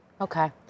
Okay